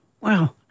Wow